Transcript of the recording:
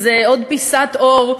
עוד איזו פיסת עור,